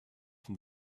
from